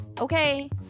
Okay